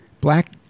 black